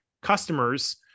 customers